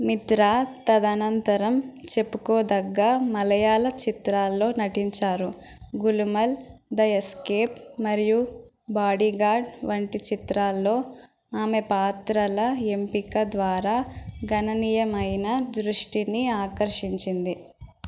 మిత్రా తదనంతరం చెప్పుకోదగ్గ మలయాళ చిత్రాల్లో నటించారు గులుమల్ ద ఎస్కేప్ మరియు బాడీగార్డ్ వంటి చిత్రాల్లో ఆమె పాత్రల ఎంపిక ద్వారా గణనీయమైన దృష్టిని ఆకర్షించింది